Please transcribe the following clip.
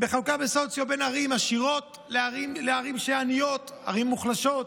בין ערים עשירות לערים עניות, ערים מוחלשות.